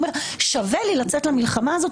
הוא אומר: שווה לי לצאת למלחמה הזאת,